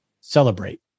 celebrate